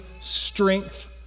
strength